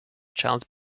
charles